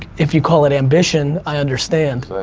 if you call it ambition, i understand.